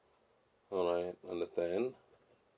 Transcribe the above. alright understand